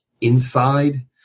inside